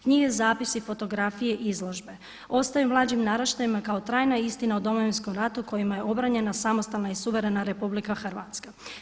Knjige, zapisi, fotografije, izložbe ostaju mlađim naraštajima kao trajna istina o Domovinskom ratu kojima je obranjena samostalna i suverena Republika Hrvatska.